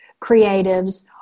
creatives